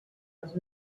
els